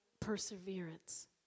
perseverance